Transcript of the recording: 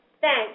Thanks